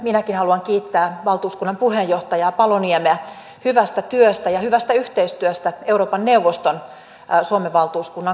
minäkin haluan kiittää valtuuskunnan puheenjohtaja paloniemeä hyvästä työstä ja hyvästä yhteistyöstä euroopan neuvoston suomen valtuuskunnan kanssa